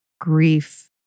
grief